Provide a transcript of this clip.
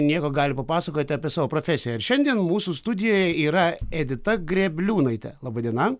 nieko gali papasakot apie savo profesiją ir šiandien mūsų studijoj yra edita grėbliūnaitė laba diena